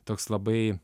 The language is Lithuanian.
toks labai